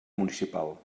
municipal